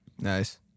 Nice